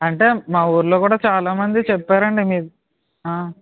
అంటే మా ఊళ్ళో కూడా చాలా మంది చెప్పారు అండి మీది